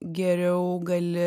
geriau gali